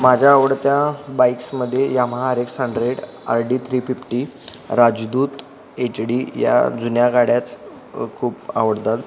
माझ्या आवडत्या बाईक्समध्ये Yamaha R X hundred R D three fifty Rajdoot H D या जुन्या गाड्याच खूप आवडतात